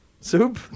Soup